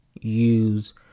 use